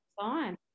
fine